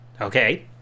Okay